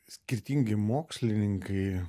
skirtingi mokslininkai